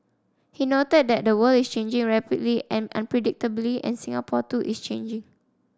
he noted that the world is changing rapidly and unpredictably and Singapore too is changing